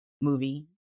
movie